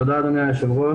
תודה, אדוני היושב-ראש.